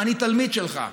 אני תלמיד שלך.